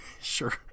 Sure